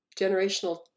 generational